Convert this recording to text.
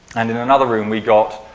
and in another room, we got